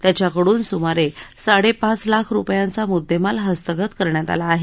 त्याच्याकडून सुमारे साडेपाच लाख रुपयांचा मुद्देमाल हस्तगत करण्यात आला आहे